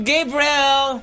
Gabriel